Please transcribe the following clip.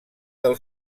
del